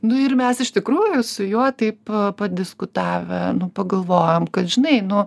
nu ir mes iš tikrųjų su juo taip padiskutavę pagalvojom kad žinai nu